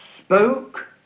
spoke